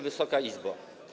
Wysoka Izbo!